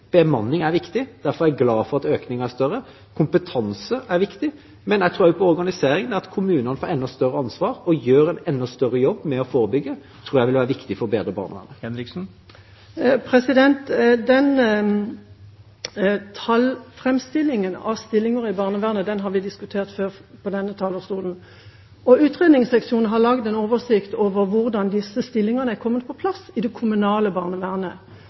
Bemanning er viktig. Derfor er jeg glad for at økningen er større. Kompetanse er viktig, men jeg tror også på organisering. Det at kommunene får enda større ansvar og gjør en enda større jobb med å forebygge, tror jeg vil være viktig for å bedre barnevernet. Tallframstillingen av stillinger i barnevernet har vi diskutert før fra denne talerstolen. Utredningsseksjonen har lagd en oversikt over hvordan disse stillingene er kommet på plass i det kommunale barnevernet.